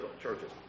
churches